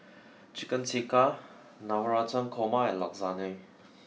Chicken Tikka Navratan Korma and Lasagne